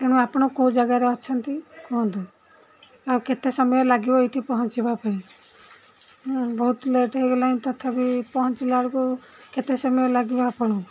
ତେଣୁ ଆପଣ କେଉଁ ଜାଗାରେ ଅଛନ୍ତି କୁହନ୍ତୁ ଆଉ କେତେ ସମୟ ଲାଗିବ ଏଇଠି ପହଞ୍ଚିବା ପାଇଁ ବହୁତ ଲେଟ୍ ହେଇଗଲାଣି ତଥାପି ପହଞ୍ଚିଲା ବେଳକୁ କେତେ ସମୟ ଲାଗିବ ଆପଣଙ୍କୁ